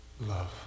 love